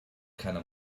keine